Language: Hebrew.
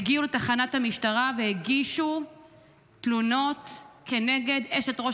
הגיעו לתחנת המשטרה והגישו תלונות כנגד אשת ראש